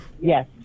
Yes